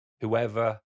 whoever